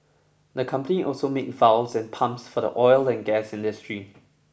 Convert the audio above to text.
the company also makes valves and pumps for the oil and gas industry